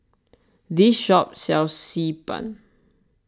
this shop sells Xi Ban